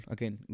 Again